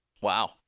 Wow